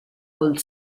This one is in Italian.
col